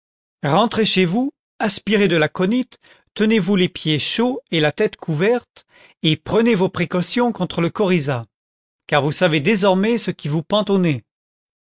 rentrez chez vous aspirez de l'aconit tenezvous les pieds chauds et la tête couverte et prenez vos précautions contre le coryza car vous savez désormais ce qui vous